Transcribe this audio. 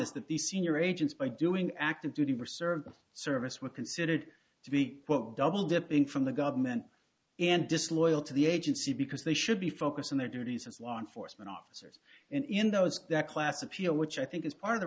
that the senior agents by doing active duty for service service were considered to be double dipping from the government and disloyal to the agency because they should be focused on their duties as law enforcement officers in those that class appeal which i think is part of the